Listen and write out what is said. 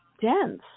dense